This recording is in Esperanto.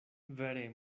vere